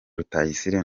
rutayisire